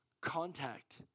contact